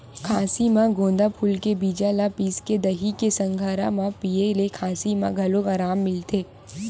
खाँसी म गोंदा फूल के बीजा ल पिसके दही के संघरा म पिए ले खाँसी म घलो अराम मिलथे